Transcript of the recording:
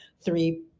three